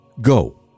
go